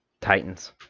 Titans